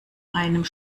einem